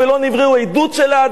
עדות של האדם הזה,